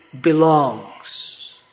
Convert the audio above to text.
belongs